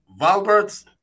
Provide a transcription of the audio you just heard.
Valbert